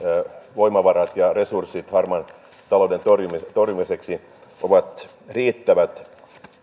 voimavarat ja resurssit harmaan talouden torjumiseksi torjumiseksi ovat riittävät